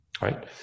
right